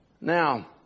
now